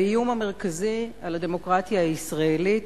האיום המרכזי על הדמוקרטיה הישראלית